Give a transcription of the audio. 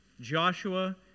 Joshua